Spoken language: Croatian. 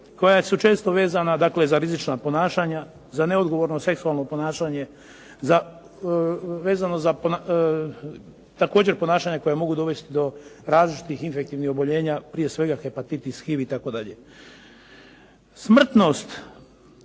koja su često vezana, dakle za rizična ponašanja, za neodgovorno seksualno ponašanje, također ponašanja koja mogu dovesti do različitih infektivnih oboljenja prije hepatitis, HIV itd. Smrtnost